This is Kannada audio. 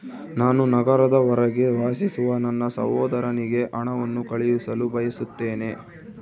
ನಾನು ನಗರದ ಹೊರಗೆ ವಾಸಿಸುವ ನನ್ನ ಸಹೋದರನಿಗೆ ಹಣವನ್ನು ಕಳುಹಿಸಲು ಬಯಸುತ್ತೇನೆ